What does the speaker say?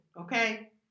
okay